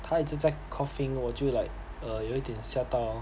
他一直在 coughing 我就 like err 有一点吓到 lor